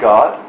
God